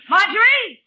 Marjorie